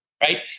right